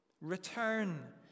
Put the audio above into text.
Return